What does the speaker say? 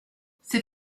c’est